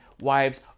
wives